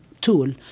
tool